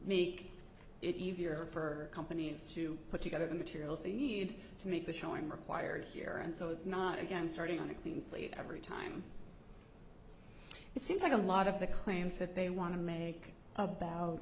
meet it easier for companies to put together the materials they need to make the showing required here and so it's not again starting on a clean slate every time it seems like a lot of the claims that they want to make about